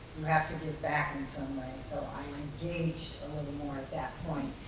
you have to give back in some way, so i engaged a little more at that point.